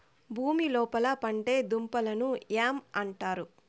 భూమి లోపల పండే దుంపలను యామ్ అంటారు